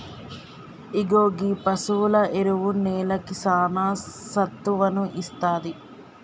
ఇగో గీ పసువుల ఎరువు నేలకి సానా సత్తువను ఇస్తాది